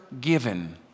given